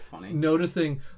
noticing